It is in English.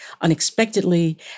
unexpectedly